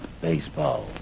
baseball